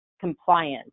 compliance